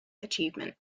achievement